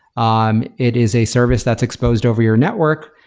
um it is a service that's exposed over your network.